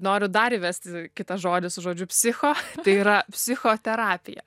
noriu dar įvesti kitą žodį su žodžiu psicho tai yra psichoterapija